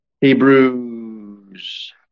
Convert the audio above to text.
Hebrews